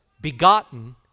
begotten